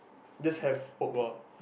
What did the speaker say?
just have hope ah